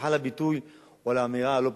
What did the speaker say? סליחה על הביטוי או על האמירה הלא-פרלמנטרית,